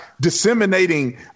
disseminating